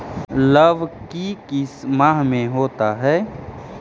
लव की किस माह में होता है?